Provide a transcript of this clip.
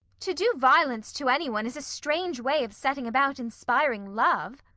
to do violence to any one is a strange way of setting about inspiring love.